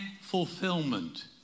fulfillment